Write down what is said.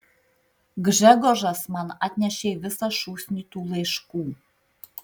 gžegožas man atnešė visą šūsnį tų laiškų